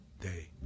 day